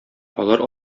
алар